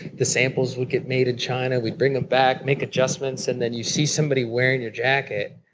the samples would get made in china, we'd bring them back, make adjustments, and then you see somebody wearing your jacket.